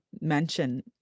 mention